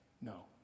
No